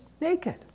naked